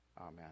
Amen